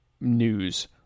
news